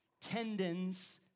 Tendons